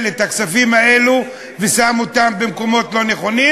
את הכספים האלה ושם אותם במקומות לא נכונים.